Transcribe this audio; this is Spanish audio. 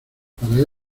para